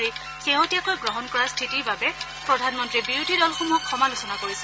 কৰি শেহতীয়াকৈ গ্ৰহণ কৰা স্থিতিৰ বাবে প্ৰধানমন্ত্ৰীয়ে বিৰোধী দলসমূহক সমালোচনা কৰিছে